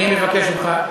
אני מבקש ממך,